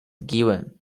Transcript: given